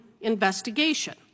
investigation